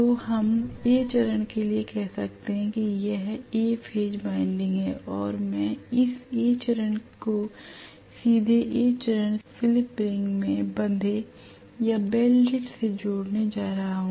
तो हम A चरण के लिए कह सकते हैं की यह A फेज वाइंडिंग है और मैं इस A चरण को सीधे A चरण स्लिप रिंग में बंधे या वेल्डेड से जोड़ने जा रहा हूं